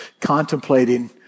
contemplating